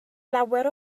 lawer